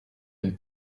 une